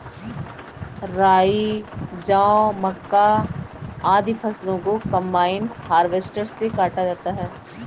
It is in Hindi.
राई, जौ, मक्का, आदि फसलों को कम्बाइन हार्वेसटर से काटा जाता है